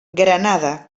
granada